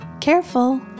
Careful